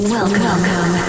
welcome